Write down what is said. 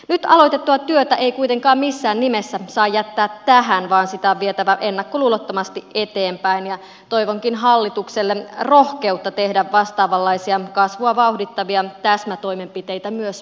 nyt aloitettua työtä ei kuitenkaan missään nimessä saa jättää tähän vaan sitä on vietävä ennakkoluulottomasti eteenpäin ja toivonkin hallitukselle rohkeutta tehdä vastaavanlaisia kasvua vauhdittavia täsmätoimenpiteitä myös jatkossa